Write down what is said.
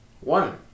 one